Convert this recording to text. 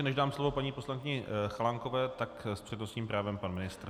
Než dám slovo paní poslankyni Chalánkové, tak s přednostním právem pan ministr.